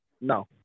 No